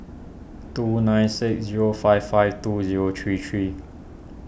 two nine six zero five five two zero three three